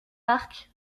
parc